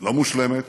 לא מושלמת,